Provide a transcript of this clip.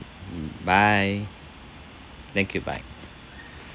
bye thank you bye